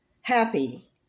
happy